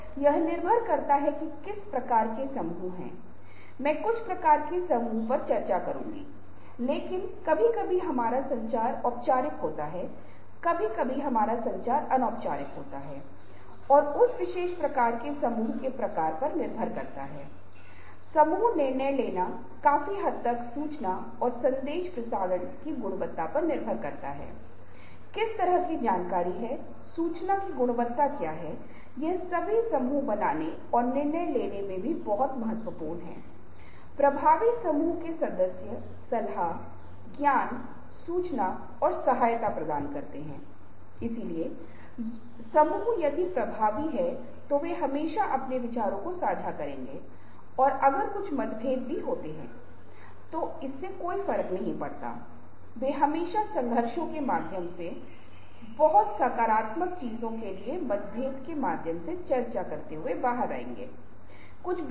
तो तीनों चीजें एक साथ समय प्रबंधन को परिभाषित करती हैं कुछ शब्द ऐसे हैं जो समय प्रबंधन में उपयोग किए जाते हैं कभी कभी आप क्रोनोटाईप शब्द का उपयोग करते हैं यह सर्कैडियन ताल है 24 घंटों के भीतर व्यक्ति क्या करता है और कुछ लोग होते हैं जो सुबह के दौरान सक्रिय होते हैं दिन के पहले छमाही में वे बहुत सक्रिय होंगे उन्हें सुबह के प्रकार के लोग कहा जात है और कुछ लोग हैं वहाँ जो लोग शुरुआती और देर शाम के घंटों देर रात के घंटों के साथ साथ शाम के शुरुआती घंटों के दौरान सक्रिय रहते हैं वे बहुत सक्रिय होंगे और उन्हें शाम के प्रकार वाले लोग कहा जाता है